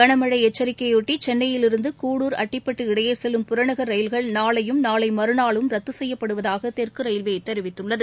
கனமழைஎச்சரிக்கையொட்டிசென்னையிலிருந்து கூடூர் அட்டிப்பட்டு இடையேசெல்லும் புறநகர் ரயில்கள் நாளையும் நாளைமறுநாளும் ரத்துசெய்யப்படுவதாகதெற்குரயில்வேதெரிவித்துள்ளது